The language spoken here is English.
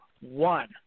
one